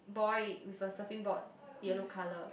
boy with a surfing board yellow color